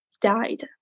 died